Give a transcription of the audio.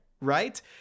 right